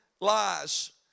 lies